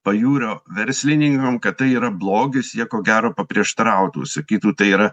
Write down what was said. pajūrio verslininkam kad tai yra blogis jie ko gero paprieštarautų sakytų tai yra